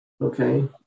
Okay